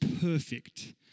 perfect